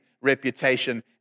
reputation